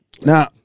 Now